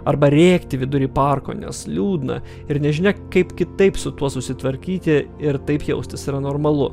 arba rėkti vidury parko nes liūdna ir nežinia kaip kitaip su tuo susitvarkyti ir taip jaustis yra normalu